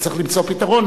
וצריך למצוא פתרון,